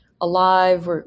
alive